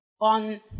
on